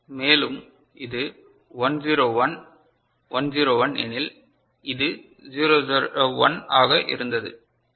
மேலும் இது 1 0 1 1 0 1 எனில் இது 0 0 1 ஆக இருந்தது இது 1 0 1